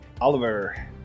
Oliver